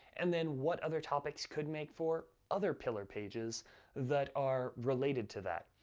and then what other topics could make for other pillar pages that are related to that.